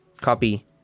copy